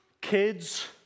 Kids